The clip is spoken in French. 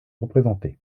représentés